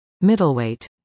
Middleweight